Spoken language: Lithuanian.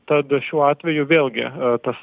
tad šiuo atveju vėlgi tas